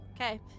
Okay